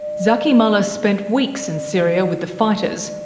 zaky mallah spent weeks in syria with the fighters,